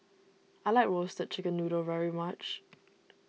I like Roasted Chicken Noodle very much